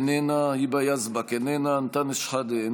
איננה, היבא יזבק, איננה, אנטאנס שחאדה,